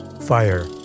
fire